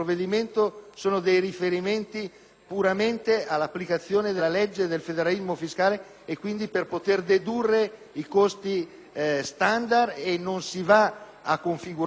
riferimenti all'applicazione della legge del federalismo fiscale per poter dedurre i costi standard. Non si va a configurare una definizione delle funzioni fondamentali,